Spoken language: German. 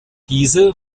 diese